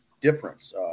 difference